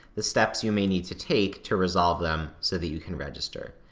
the steps you may need to take to resolve them so that you can register.